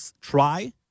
try